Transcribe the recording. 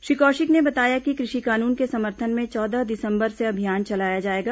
श्री कौशिक ने बताया कि कृषि कानून के समर्थन में चौदह दिसंबर से अभियान चलाया जाएगा